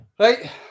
Right